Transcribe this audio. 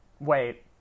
Wait